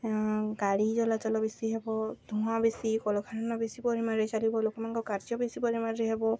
ଗାଡ଼ି ଚଳାଚଳ ବେଶୀ ହେବ ଧୂଆଁ ବେଶି କଳକାରଖାନା ବେଶୀ ପରିମାଣରେ ଚାଲିବ ଲୋକମାନଙ୍କ କାର୍ଯ୍ୟ ବେଶୀ ପରିମାଣରେ ହେବ